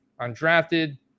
undrafted